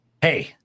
hey